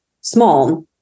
small